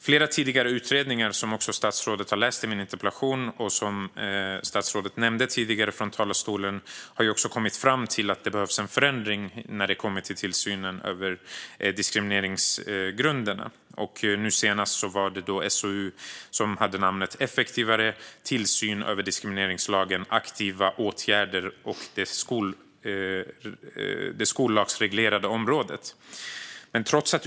Flera tidigare utredningar, vilket sägs i min interpellation och som statsrådet nämnde tidigare från talarstolen, har kommit fram till att det behövs en förändring när det kommer till tillsynen av diskrimineringsgrunderna. Nu senast var det en SOU med namnet Effektivare tillsyn över diskrimineringslagen - aktiva åtgärder och det skollagsreglerade området .